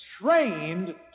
trained